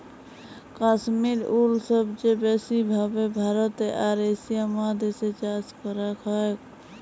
কাশ্মির উল সবচে ব্যাসি ভাবে ভারতে আর এশিয়া মহাদেশ এ চাষ করাক হয়ক